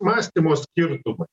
mąstymo skirtumai